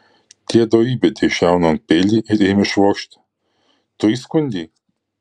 tiedu įbedė žiaunon peilį ir ėmė švokšti tu įskundei